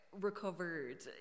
recovered